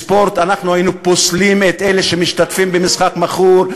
בספורט אנחנו היינו פוסלים את אלה שמשתתפים במשחק מכור,